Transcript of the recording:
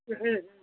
ம் ம்